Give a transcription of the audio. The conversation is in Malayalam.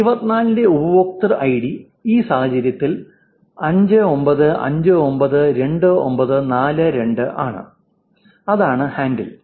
24 ന്റെ ഉപയോക്തൃ ഐഡി ഈ സാഹചര്യത്തിൽ 59592942 ആണ് അതാണ് ഹാൻഡിൽ